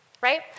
right